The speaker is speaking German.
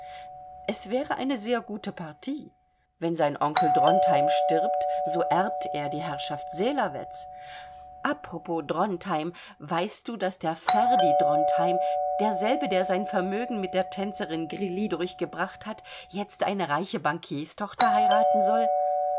er wäre eine sehr gute partie wenn sein onkel drontheim stirbt so erbt er die herrschaft selavetz apropos drontheim weißt du daß der ferdi drontheim derselbe der sein vermögen mit der tänzerin grilli durchgebracht hat jetzt eine reiche bankierstochter heiraten soll